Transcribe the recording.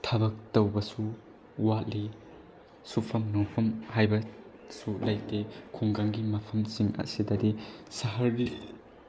ꯊꯕꯛ ꯇꯧꯕꯁꯨ ꯋꯥꯠꯂꯤ ꯁꯨꯐꯝ ꯅꯣꯝꯐꯝ ꯍꯥꯏꯕꯁꯨ ꯂꯩꯇꯦ ꯈꯨꯡꯒꯪꯒꯤ ꯃꯐꯝꯁꯤꯡ ꯑꯁꯤꯗꯗꯤ ꯁꯍꯔꯒꯤ